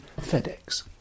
FedEx